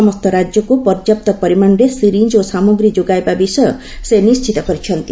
ସମସ୍ତ ରାଜ୍ୟକୁ ପର୍ଯ୍ୟାପ୍ତ ପରିମାଣରେ ସିରିଞ୍ଜ୍ ଓ ସାମଗ୍ରୀ ଯୋଗାଇବା ବିଷୟ ନିଶ୍ଚିତ କରିଛନ୍ତି